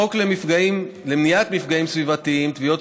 החוק למניעת מפגעים סביבתיים (תביעות